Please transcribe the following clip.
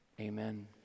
amen